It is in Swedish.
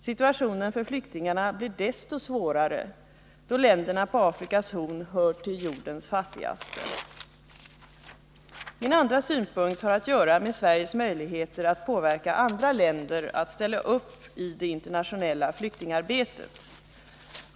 Situationen för flyktingarna blir desto svårare som länderna på Afrikas horn hör till jordens fattigaste. Min andra synpunkt har att göra med Sveriges möjligheter att påverka andra länder att ställa upp i det internationella flyktingarbetet.